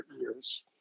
years